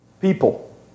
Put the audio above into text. People